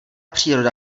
příroda